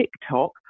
TikTok